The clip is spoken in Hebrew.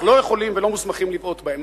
אנחנו לא יכולים ולא מוסמכים לבעוט בהם.